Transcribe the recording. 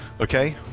Okay